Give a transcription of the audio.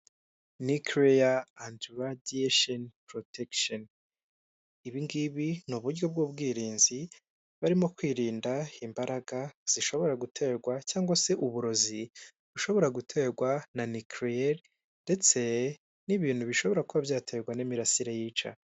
Nikereya andi radiyesheni porotegisheni, ibingibi ni uburyo bw'ubwirinzi burimo kwirinda imbaraga zishobora guterwa cyangwa se uburozi bushobora guterwa na nikereya ndetse n'ibintu bishobora kuba byaterwa n'imirasire yica.